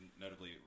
notably